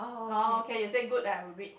oh oh okay you say good I will read